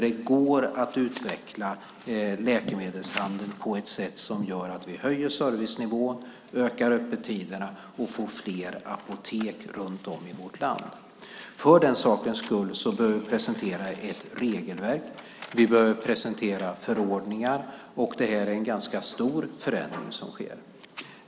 Det går att utveckla läkemedelshandeln på ett sätt som gör att vi höjer servicenivån, ökar öppettiderna och får flera apotek runt om i vårt land. För den sakens skull behöver vi presentera ett regelverk. Vi behöver presentera förordningar. Det är en ganska stor förändring som sker.